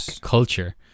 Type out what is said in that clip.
culture